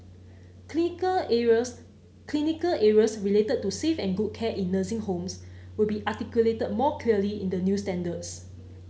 clinical areas clinical areas related to safe and good care in nursing homes will be articulated more clearly in the new standards